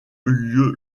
lieu